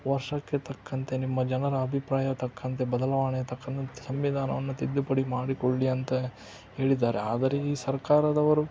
ವರ್ಷಕ್ಕೆ ತಕ್ಕಂತೆ ನಿಮ್ಮ ಜನರ ಅಭಿಪ್ರಾಯ ತಕ್ಕಂತೆ ಬದಲಾವಣೆ ತಕ್ಕಂಗೆ ಸಂವಿಧಾನವನ್ನು ತಿದ್ದುಪಡಿ ಮಾಡಿಕೊಳ್ಳಿ ಅಂತ ಹೇಳಿದ್ದಾರೆ ಆದರೆ ಈ ಸರ್ಕಾರದವರು